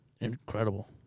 incredible